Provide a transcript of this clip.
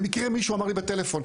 במקרה מישהו אמר לי בטלפון.